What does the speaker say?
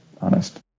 honest